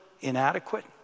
inadequate